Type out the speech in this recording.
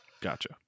gotcha